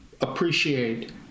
appreciate